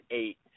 eight